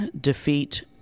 defeat